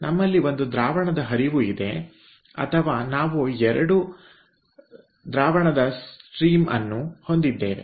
ನಮ್ಮಲ್ಲಿ ಒಂದು ದ್ರಾವಣದ ಹರಿವು ಇದೆ ಅಥವಾ ನಾವು 2 ದ್ರವ ಹರಿವನ್ನು ಹೊಂದಿದ್ದೇವೆ